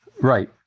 Right